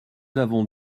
avons